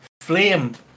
Flame